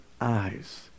eyes